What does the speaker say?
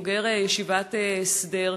בוגר ישיבת הסדר,